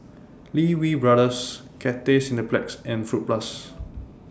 Lee Wee Brothers Cathay Cineplex and Fruit Plus